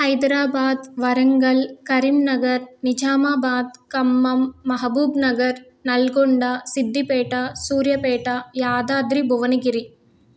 Hyderabad Warangal Karimnagar Nizamabad Khammam Mahabubnagar Nalgonda Siddipet Suryapet Yadadri Bhuvanagiri